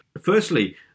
Firstly